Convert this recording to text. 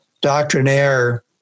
doctrinaire